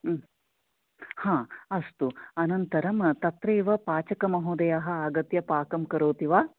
अस्तु अनन्तरं तत्रेव पाचकमहोदयः आगत्य पाकं करोति वा